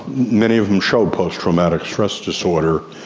many of them show post-traumatic stress disorder,